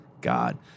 God